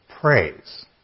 praise